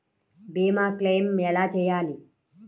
భీమ క్లెయిం ఎలా చేయాలి?